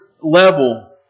level